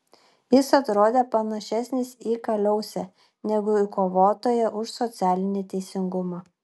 jis atrodė panašesnis į kaliausę negu į kovotoją už socialinį teisingumą